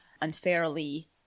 unfairly